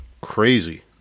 crazy